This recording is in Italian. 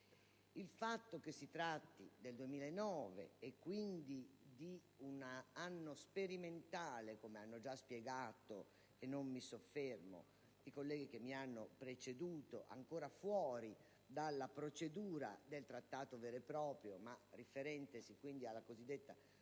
Il fatto che si tratti del 2009, e quindi di un anno sperimentale (come hanno già spiegato, e non mi soffermo, i colleghi che mi hanno preceduto), ancora fuori dalla procedura del Trattato vero e proprio, ma riferentesi alla cosiddetta